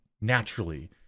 naturally